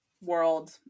world